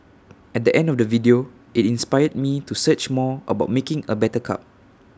at the end of the video IT inspired me to search more about making A better cup